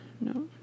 No